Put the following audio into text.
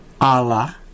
Allah